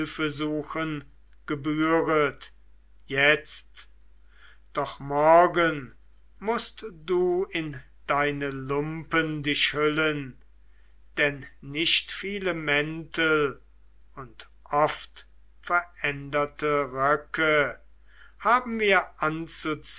gebühret jetzt doch morgen mußt du in deine lumpen dich hüllen denn nicht viele mäntel und oftveränderte röcke haben wir